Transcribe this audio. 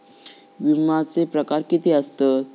विमाचे प्रकार किती असतत?